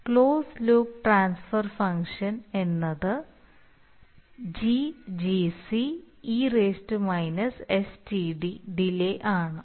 closed loop transfer function ennath GGc e sTd delay ആണ്